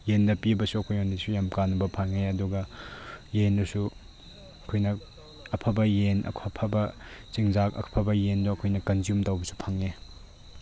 ꯌꯦꯟꯗ ꯄꯤꯕꯁꯨ ꯑꯩꯈꯣꯏꯉꯣꯟꯗꯁꯨ ꯌꯥꯝ ꯀꯥꯟꯅꯕ ꯐꯪꯉꯦ ꯑꯗꯨꯒ ꯌꯦꯟꯗꯨꯁꯨ ꯑꯩꯈꯣꯏꯅ ꯑꯐꯕ ꯌꯦꯟ ꯑꯐꯕ ꯆꯤꯟꯖꯥꯛ ꯑꯐꯕ ꯌꯦꯟꯗꯣ ꯑꯩꯈꯣꯏꯅ ꯀꯟꯖ꯭ꯌꯨꯝ ꯇꯧꯕꯁꯨ ꯐꯪꯉꯦ